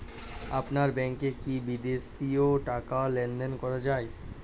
আপনার ব্যাংকে কী বিদেশিও টাকা লেনদেন করা যায়?